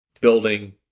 building